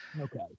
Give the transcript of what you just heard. okay